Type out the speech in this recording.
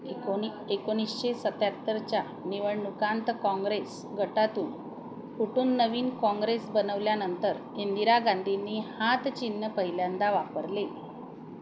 एकोनी एकोणीशे सत्याहत्तरच्या निवडणुकांत काँग्रेस गटातून फुटुून नवीन काँग्रेस बनवल्यानंतर इंदिरा गांधीनी हात चिन्ह पहिल्यांदा वापरले